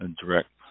direct